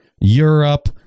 Europe